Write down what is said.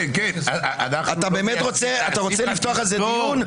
אתה באמת רוצה לפתוח על זה דיון?